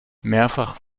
mehrfach